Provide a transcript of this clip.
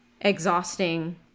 exhausting